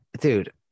Dude